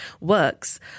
works